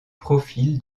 profil